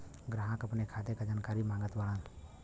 ग्राहक अपने खाते का जानकारी मागत बाणन?